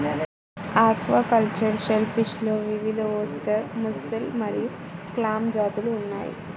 aquacultured షెల్ఫిష్లో వివిధఓస్టెర్, mussel మరియు క్లామ్ జాతులు ఉన్నాయి